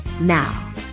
Now